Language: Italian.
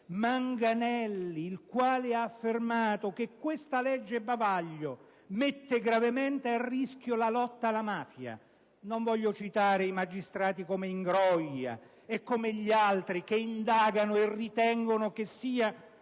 Manganelli ha affermato che questa legge bavaglio mette gravemente a rischio la lotta alla mafia. Non voglio citare magistrati come Ingroia e come gli altri che indagano e ritengono che sia